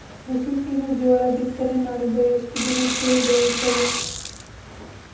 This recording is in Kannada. ಮುಸುಕಿನ ಜೋಳ ಬಿತ್ತನೆ ಮಾಡಿದ ಎಷ್ಟು ದಿನಕ್ಕೆ ಬೆಳೆಯುತ್ತದೆ?